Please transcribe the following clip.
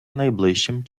найближчим